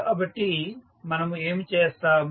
కాబట్టి మనము ఏమి చేస్తాము